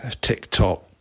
TikTok